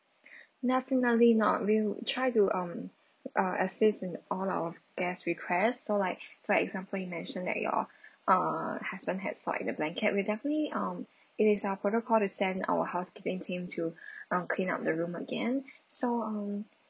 definitely not we'll try to um uh assists in all our guest request so like for example you mentioned that your uh husband had soiled the blanket we definitely um it is our protocol to send our housekeeping team to um clean up the room again so um